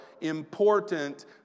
important